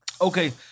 Okay